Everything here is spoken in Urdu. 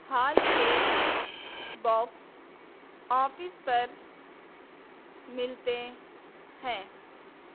ہال کے باکس آفس پر ملتے ہیں